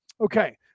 Okay